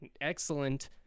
excellent